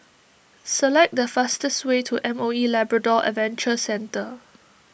select the fastest way to M O E Labrador Adventure Centre